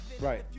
Right